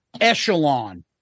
echelon